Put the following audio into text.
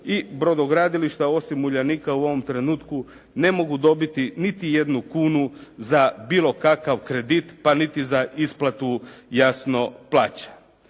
i brodogradilišta osim Uljanika u ovom trenutku ne mogu dobiti niti jednu kunu za bilo kakav kredit pa niti za isplatu jasno plaća.